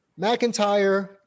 McIntyre